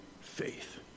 faith